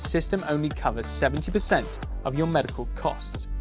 system only covers seventy percent of your medical costs.